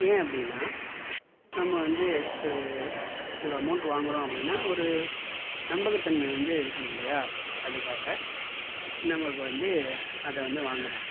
ஏன் அப்படின்னா நம்ம வந்து ஒரு இவ்வளோ அமௌண்ட் வாங்குறோம் அப்படின்னா ஒரு நம்பகத்தன்மை வந்து இருக்கணும் இல்லையா அதுக்காக நமக்கு வந்து அதை வந்து வாங்குறாங்க